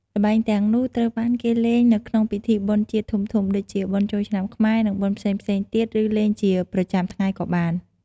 ល្បែងទាំងនោះត្រូវបានគេលេងនៅក្នុងពិធីបុណ្យជាតិធំៗដូចជា បុណ្យចូលឆ្នាំខ្មែរ និងបុណ្យផ្សេងៗទៀត ឬលេងជាប្រចាំថ្ងៃក៏បាន។